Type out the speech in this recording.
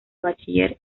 bachiller